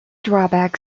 drawback